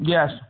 Yes